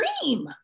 dream